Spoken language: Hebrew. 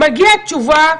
מגיעה תשובה.